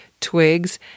Twigs